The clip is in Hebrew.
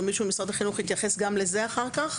מישהו ממשרד החינוך יתייחס גם לזה אחר כך,